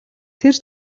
тэр